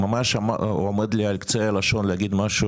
ממש עומד לי על קצה הלשון להגיד משהו